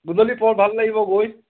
গধূলি পৰত ভাল লাগিব গৈ